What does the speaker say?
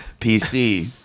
PC